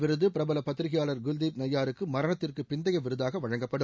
விருது பிரபல பத்திரிகையாளர் குல்தீப் நையாருக்கு மரணத்திற்கு பிந்தைய விருதாக இந்த வழங்கப்படும்